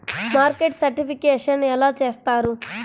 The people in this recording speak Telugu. మార్కెట్ సర్టిఫికేషన్ ఎలా చేస్తారు?